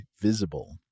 Visible